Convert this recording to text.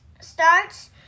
starts